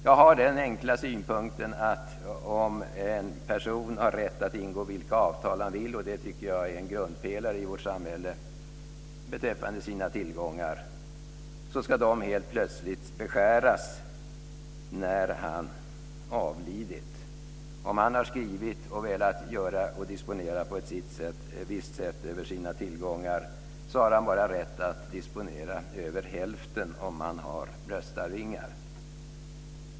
Jag har den enkla synpunkten att om en person har rätt att ingå vilka avtal han vill - jag tycker att det är en grundpelare i vårt samhälle - beträffande sina tillgångar ska den rätten inte helt plötsligt beskäras när han avlidit. Även om han har skrivit att han vill disponera över sina tillgångar på ett visst sätt har han bara rätt att disponera över hälften om han har bröstarvingar.